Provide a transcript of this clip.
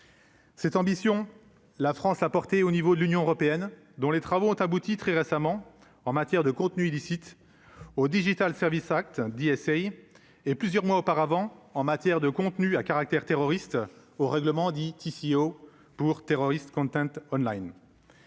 Cette ambition, la France a porté au niveau de l'Union européenne, dont les travaux ont abouti très récemment en matière de contenu illicite au Digital Services Act dis et plusieurs mois auparavant en matière de contenus à caractère terroriste au règlement dit ici pour terroristes Quentin Online.